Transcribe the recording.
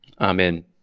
amen